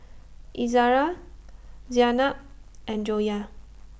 Izzara Zaynab and Joyah